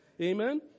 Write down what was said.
Amen